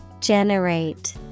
Generate